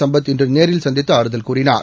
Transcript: சம்பத் இன்று நேரில் சந்தித்து ஆறுதல் கூறினார்